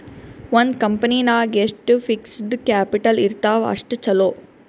ಒಂದ್ ಕಂಪನಿ ನಾಗ್ ಎಷ್ಟ್ ಫಿಕ್ಸಡ್ ಕ್ಯಾಪಿಟಲ್ ಇರ್ತಾವ್ ಅಷ್ಟ ಛಲೋ